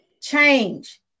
Change